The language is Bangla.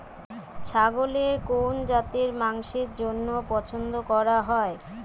ছাগলের কোন জাতের মাংসের জন্য পছন্দ করা হয়?